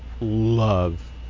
love